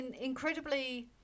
incredibly